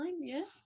yes